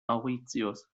mauritius